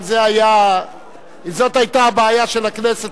אם זאת היתה הבעיה של הכנסת,